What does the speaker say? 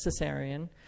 cesarean